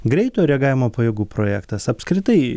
greito reagavimo pajėgų projektas apskritai